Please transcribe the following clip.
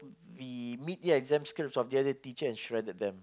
the mid year exam script of the other teacher and shredded them